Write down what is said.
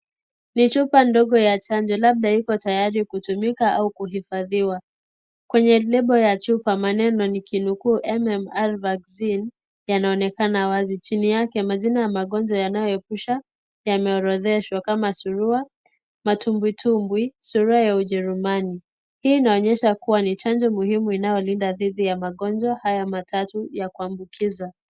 Ni chupa ndogo ya chanjo labda iko tayari kutumika au kuhifadhiwa ,kwenye lebo ya chupa maneno nikinukuu MMR vaccine yanaonekana wazi ,chini yake majina ya magonjwa yanayoepusha yameorodheshwa kama surua , mtumbwitumbwi ,sura ya ujerumani, hii inaonyesha kuwa ni chanjo muhimu inayolinda dhidhi ya haya matatu ya kuambukiza.